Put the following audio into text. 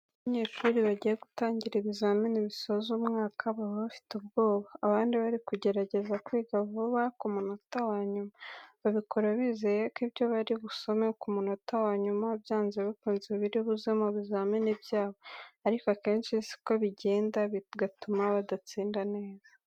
Iyo abanyeshuri bagiye gutangira ibizamini bisoza umwaka, baba bafite ubwoba, abandi bari kugerageza kwiga vuba ku munota wanyuma. Babikora bizeye ko ibyo bari busome ku monota wanyuma byanze bikunze biri buze mu bizamini byabo, ariko akenshi siko bigenda, bigatuma badatsinda neza.